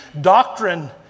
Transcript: Doctrine